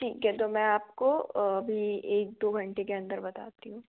ठीक है तो मैं आपको अभी एक दो घंटे के अंदर बताती हूँ